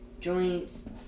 joints